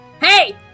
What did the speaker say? Hey